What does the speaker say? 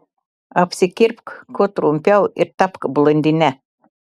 apsikirpk kuo trumpiau ir tapk blondine